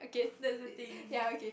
that's the thing